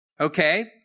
okay